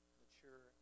mature